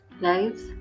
lives